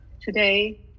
Today